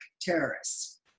terrorists